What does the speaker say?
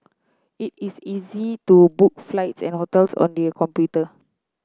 it is easy to book flights and hotels on the computer